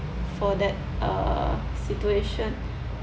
for that uh situation